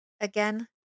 Again